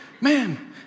man